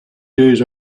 days